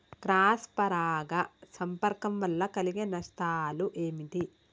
Cross పరాగ సంపర్కం వల్ల కలిగే నష్టాలు ఏమిటి?